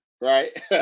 right